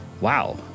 wow